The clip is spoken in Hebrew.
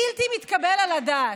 בלתי מתקבל על הדעת.